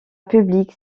publique